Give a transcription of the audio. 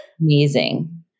amazing